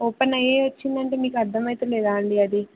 open అయ్యే వచ్చిందంటే మీకు అర్థమవటం లేదా అండి అది